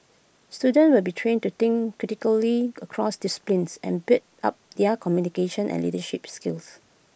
students will be trained to think critically across disciplines and build up their communication and leadership skills